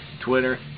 Twitter